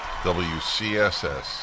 WCSS